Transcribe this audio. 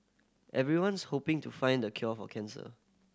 everyone's hoping to find the cure for cancer